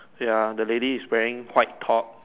ya the lady is wearing white top